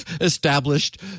established